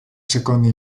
secondo